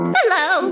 Hello